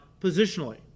positionally